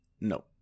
no